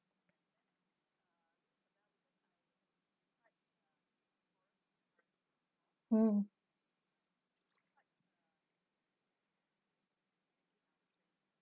hmm